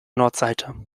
nordseite